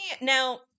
now